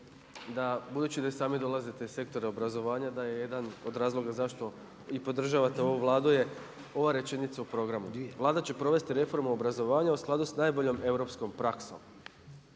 da budući da i sami dolazite iz sektora obrazovanja da je jedan od razloga zašto i podržavate ovu Vladu je ova rečenicu u programu „Vlada će provesti reformu obrazovanja u skladu sa najboljom europskom praksom.“